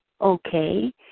okay